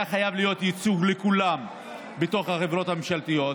חייב להיות ייצוג לכולם בתוך החברות הממשלתיות,